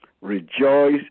Rejoice